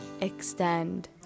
extend